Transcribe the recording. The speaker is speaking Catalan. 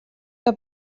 que